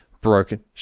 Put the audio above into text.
broken